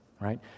right